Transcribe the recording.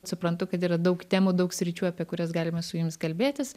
suprantu kad yra daug temų daug sričių apie kurias galima su jumis kalbėtis